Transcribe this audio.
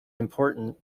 important